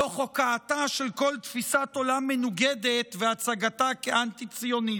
תוך הוקעתה של כל תפיסת עולם מנוגדת והצגתה כאנטי-ציונית.